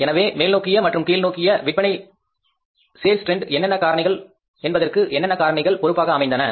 எனவே மேல்நோக்கிய மற்றும் கீழ்நோக்கிய விற்பனை போக்கிற்கு என்னென்ன காரணிகள் பொறுப்பாக அமைந்தன